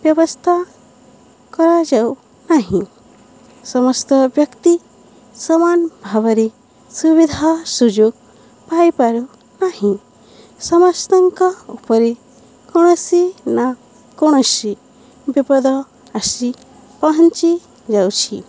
ବ୍ୟବସ୍ଥା କରାଯାଉ ନାହିଁ ସମସ୍ତ ବ୍ୟକ୍ତି ସମାନ ଭାବରେ ସୁବିଧା ସୁଯୋଗ ପାଇପାରୁ ନାହିଁ ସମସ୍ତଙ୍କ ଉପରେ କୌଣସି ନା କୌଣସି ବିପଦ ଆସି ପହଞ୍ଚି ଯାଉଛି